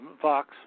Fox